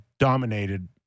Dominated